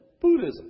Buddhism